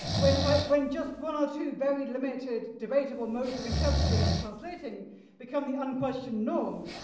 when ah when just one or two very limited debatable modes of interpreting and translating become the unquestioned norm,